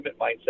mindset